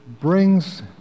brings